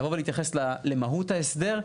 לבוא ולהתייחס למהות ההסדר.